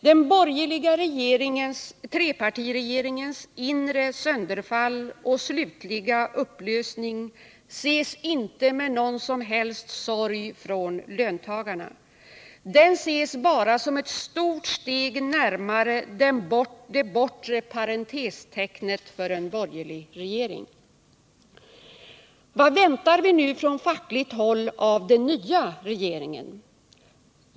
Den borgerliga trepartiregeringens inre sönderfall och slutliga upplösning ses inte med någon som helst sorg av löntagarna. Den ses bara som ett stort steg närmare det bortre parentestecknet för en borgerlig regering. Vad väntar vi nu från fackligt håll av den nya regeringen?